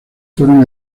fueron